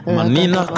Manina